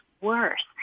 worse